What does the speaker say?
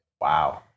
Wow